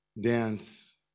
dance